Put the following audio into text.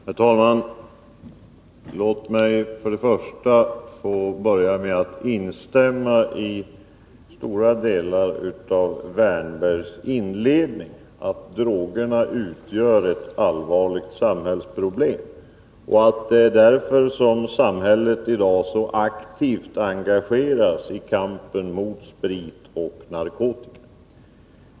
Herr talman! Låt mig för det första instämma i stora delar av Erik Wärnbergs inledning, att drogerna utgör ett allvarligt samhällsproblem och att det är därför som samhället i dag så aktivt engagerar sig i kampen mot sprit och narkotika.